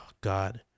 God